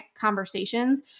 conversations